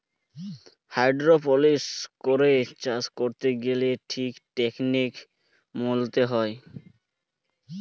hydroponics করে চাষ ক্যরতে গ্যালে ঠিক টেকলিক মলতে হ্যয়